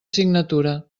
signatura